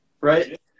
Right